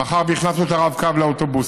מאחר שהכנסנו את הרב-קו לאוטובוסים,